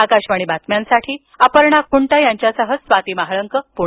आकाशवाणी बातम्यांसाठी अपर्णा खुंट यांच्यासह स्वाती महाळंक पुणे